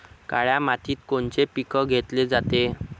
काळ्या मातीत कोनचे पिकं घेतले जाते?